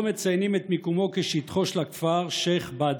מציינים את מיקומו כשטחו של הכפר שייח' באדר.